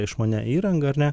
išmania įranga ar ne